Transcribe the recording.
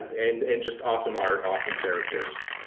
and and just awesome art, awesome characters.